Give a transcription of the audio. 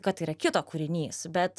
kad tai yra kito kūrinys bet